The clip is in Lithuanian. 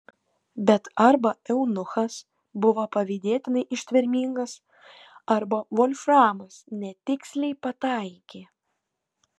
bet arba eunuchas buvo pavydėtinai ištvermingas arba volframas netiksliai pataikė